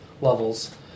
levels